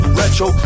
retro